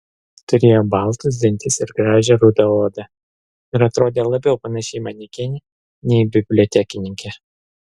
turėjo baltus dantis ir gražią rudą odą ir atrodė labiau panaši į manekenę nei į bibliotekininkę